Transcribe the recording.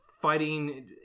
fighting